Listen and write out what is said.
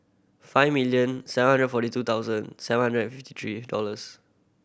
five million seven hundred forty two thousand seven hundred and fifty three dollars